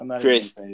Chris